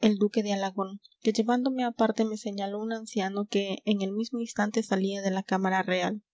el duque de alagón que llevándome a parte me señaló un anciano que en el mismo instante salía de la cámara real